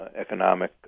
economic